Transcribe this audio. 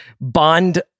Bond